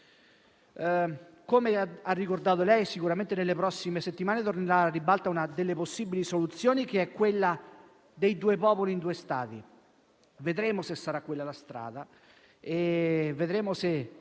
degli esteri, sicuramente nelle prossime settimane tornerà alla ribalta una delle possibili soluzioni, che è quella dei due popoli in due Stati. Vedremo se sarà quella la strada e se